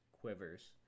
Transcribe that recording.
quivers